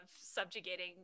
subjugating